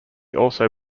also